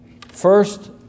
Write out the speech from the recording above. First